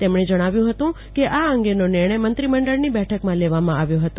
તેમણે જણાવ્યુ હતુ કે આ નિર્ણય અંગેનો નિર્ણય મંત્રી મંડળની બેઠકમાં લેવામાં આવ્યો હતો